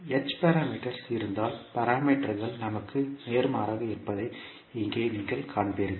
h பாராமீட்டர்கள் இருந்தால் பாராமீட்டர்கள் நமக்கு நேர்மாறாக இருப்பதை இங்கே நீங்கள் காண்பீர்கள்